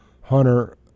hunter